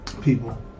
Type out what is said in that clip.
people